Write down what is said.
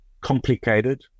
complicated